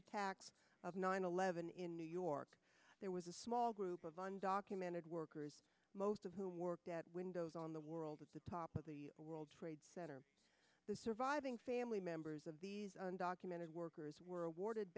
attacks of nine eleven in new york there was a small group of undocumented workers most of whom worked at windows on the world at the top of the world trade center the surviving family members of documented workers were awarded